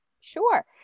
Sure